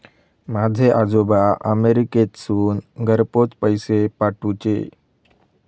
माझे आजोबा अमेरिकेतसून घरपोच पैसे पाठवूचे